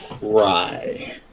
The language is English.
Rye